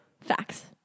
Facts